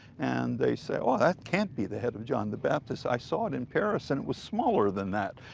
and they said, oh, that can't be the head of john the baptist. i saw it in paris, and it was smaller than that.